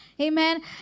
Amen